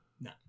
No